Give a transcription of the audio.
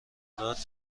عبدالله